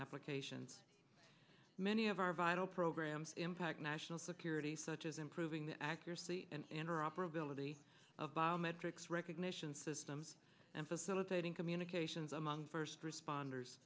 applications many of our vital programs impact national security such as improving the accuracy and interoperability of biometrics recognition systems and facilitating communications among first responders